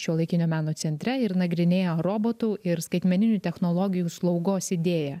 šiuolaikinio meno centre ir nagrinėja robotų ir skaitmeninių technologijų slaugos idėją